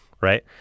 Right